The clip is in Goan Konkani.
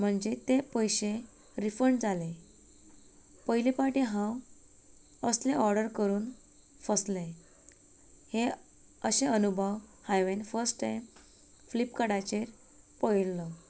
म्हणजे तें पयशें रिफंन्ड जालें पयलें फावटी हांव असलें ऑर्डर करून फसलें हे अशें अनुभव हांवेन फस्ट टायम फ्लिपकार्टाचेर पळयल्लो